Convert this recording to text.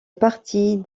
partie